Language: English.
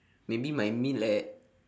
maybe my meal at